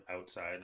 outside